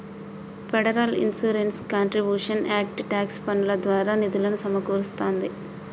federal insurance contributions act tax పన్నుల ద్వారా నిధులు సమకూరుస్తాంది